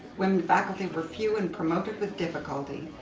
women faculty were few and promoted with difficulty.